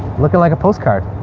looking like a postcard.